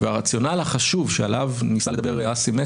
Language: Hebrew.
אין בית משפט בעולם שהיה מתערב בסוגיות